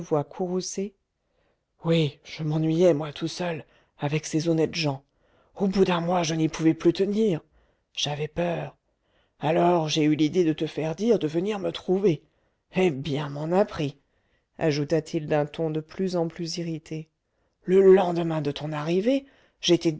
oui je m'ennuyais moi tout seul avec ces honnêtes gens au bout d'un mois je n'y pouvais plus tenir j'avais peur alors j'ai eu l'idée de te faire dire de venir me trouver et bien m'en a pris ajouta-t-il d'un ton de plus en plus irrité le lendemain de ton arrivée j'étais